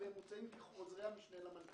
והם מוצעים בחוזרי המשנה למנכ"ל.